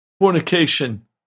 fornication